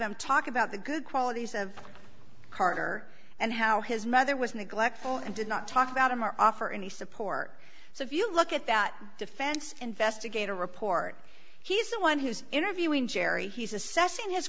him talk about the good qualities of carter and how his mother was neglectful and did not talk about them or offer any support so if you look at that defense investigator report he's the one who's interviewing jerry he's assessing his